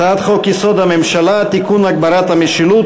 הצעת חוק-יסוד: הממשלה (תיקון) (הגברת המשילות),